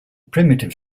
primitive